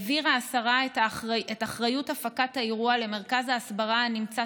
העבירה השרה את אחריות הפקת האירוע למרכז ההסברה הנמצא